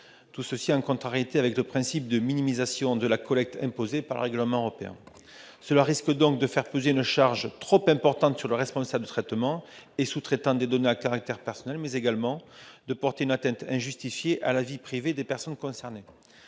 traitement, en contrariété avec le principe de minimisation de la collecte imposé par le règlement européen. Cela risque de faire peser une charge trop importante sur les responsables de traitement et sous-traitants de données à caractère personnel, mais également de porter une atteinte injustifiée à la vie privée des personnes concernées.